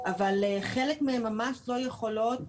אבל חלק מהן ממש לא יכולות,